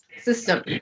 system